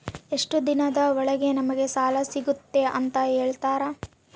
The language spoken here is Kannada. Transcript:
ಎಷ್ಟು ದಿನದ ಒಳಗೆ ನಮಗೆ ಸಾಲ ಸಿಗ್ತೈತೆ ಅಂತ ಹೇಳ್ತೇರಾ?